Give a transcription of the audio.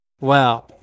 Wow